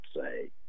say